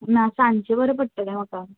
ना सांजे बऱ्याक पडटलें म्हाका